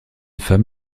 femme